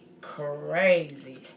Crazy